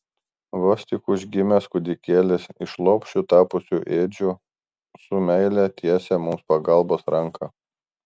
vos tik užgimęs kūdikėlis iš lopšiu tapusių ėdžių su meile tiesia mums pagalbos ranką